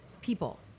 people